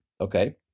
okay